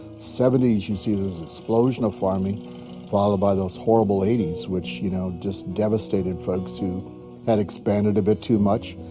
seventy s you see the explosion of farming followed by those horrible eighty s which you know just devastated folks who had expanded a bit too much,